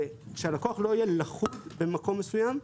כשהלקוח לא יהיה נחות במקום מסוים,